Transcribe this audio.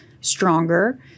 stronger